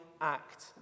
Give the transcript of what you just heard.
act